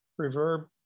reverb